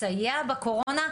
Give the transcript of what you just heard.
לסייע בקורונה,